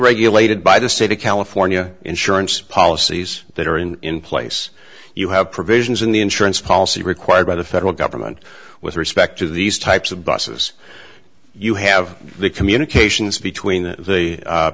regulated by the state of california insurance policies that are in place you have provisions in the insurance policy required by the federal government with respect to these types of busses you have the communications between the